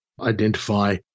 identify